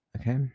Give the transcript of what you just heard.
okay